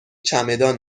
چمدان